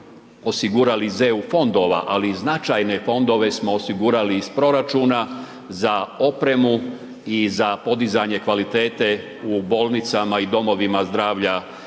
osigurali iz EU fondova, ali i značajne fondove smo osigurali iz proračuna za opremu i za podizanje kvalitete u bolnicama i Domovima zdravlja